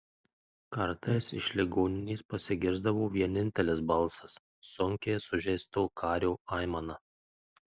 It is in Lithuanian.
kartais iš ligoninės pasigirsdavo vienintelis balsas sunkiai sužeisto kario aimana